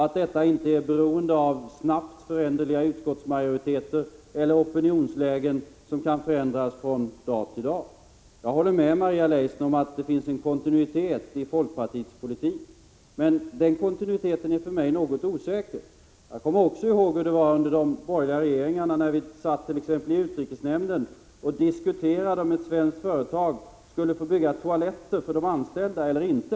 Det får inte vara beroende av snabbt föränderliga utskottsmajoriteter eller opinionslägen, som kan förändras från dag till dag. Jag håller med Maria Leissner om att det finns en kontinuitet i folkpartiets politik, men den kontinuiteten är för mig något osäker. Jag kommer också ihåg hur det var under den borgerliga regeringstiden, när vi exempelvis satt i utrikesnämnden och diskuterade om ett svenskt företag skulle få bygga toaletter för de anställda eller inte.